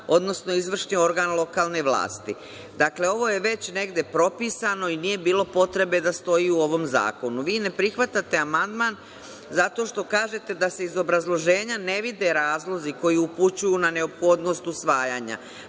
odnosno izvršni organ lokalne vlasti. Ovo je već negde propisano i nije bilo potrebe da stoji u ovom zakonu. Vi ne prihvatate amandman zato što kažete da se iz obrazloženja ne vide razlozi koji upućuju na neophodnost usvajanja,